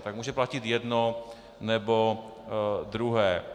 Tak může platit jedno, nebo druhé.